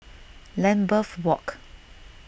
Lambeth Walk